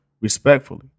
Respectfully